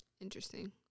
Interesting